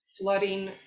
flooding